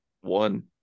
one